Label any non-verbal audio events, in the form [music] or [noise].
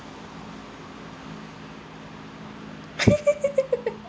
[laughs]